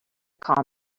call